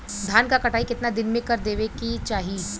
धान क कटाई केतना दिन में कर देवें कि चाही?